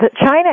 China